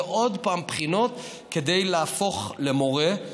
ועוד פעם בחינות כדי להפוך למורה.